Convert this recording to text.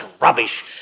rubbish